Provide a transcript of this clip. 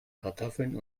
kartoffeln